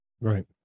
right